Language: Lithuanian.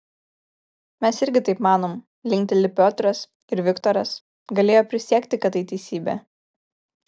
mes irgi taip manom linkteli piotras ir viktoras galėjo prisiekti kad tai teisybė